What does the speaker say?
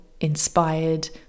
inspired